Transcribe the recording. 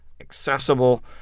accessible